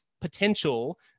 potential